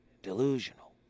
Delusional